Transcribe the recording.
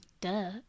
Duh